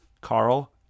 carl